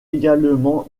également